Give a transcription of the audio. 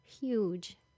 huge